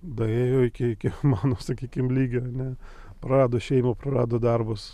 daėjo iki iki mano sakykim lygio ane prarado šeima prarado darbus